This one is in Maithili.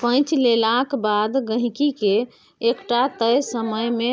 पैंच लेलाक बाद गहिंकीकेँ एकटा तय समय मे